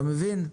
אתה מבין?